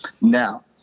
now